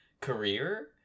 career